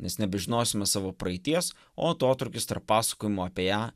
nes nebežinosime savo praeities o atotrūkis tarp pasakojimo apie ją